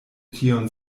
tion